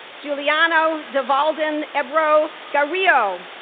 juliana de valdenebro garrido,